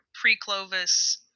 pre-Clovis